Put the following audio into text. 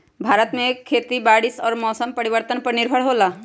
भारत में खेती बारिश और मौसम परिवर्तन पर निर्भर होयला